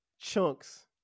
chunks